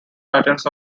patterns